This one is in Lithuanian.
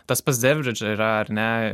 tas pats debridž yra ar ne